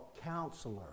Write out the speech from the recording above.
Counselor